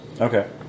Okay